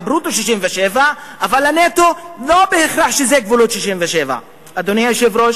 הברוטו זה 67' אבל הנטו לא בהכרח זה גבולות 67'. אדוני השר,